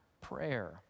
prayer